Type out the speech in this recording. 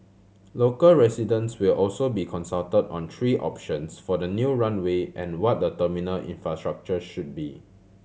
local residents will also be consulted on three options for the new runway and what the terminal infrastructure should be